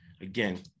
again